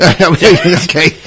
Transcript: Okay